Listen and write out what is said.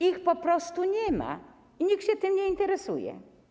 Ich po prostu nie ma i nikt się tym nie interesuje.